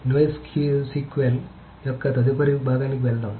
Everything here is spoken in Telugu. కాబట్టి NoSQL యొక్క తదుపరి భాగానికి వెళ్దాం